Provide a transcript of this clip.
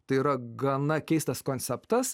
tai yra gana keistas konceptas